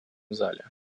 зале